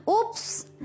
Oops